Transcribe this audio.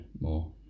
more